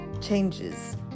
changes